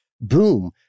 boom